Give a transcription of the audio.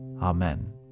Amen